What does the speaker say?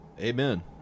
Amen